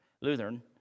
Lutheran